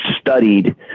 studied